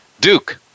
Duke